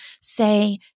say